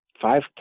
five